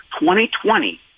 2020